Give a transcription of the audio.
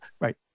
Right